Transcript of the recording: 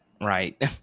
right